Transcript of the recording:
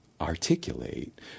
articulate